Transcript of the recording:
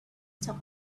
talk